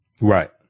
Right